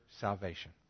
salvation